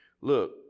Look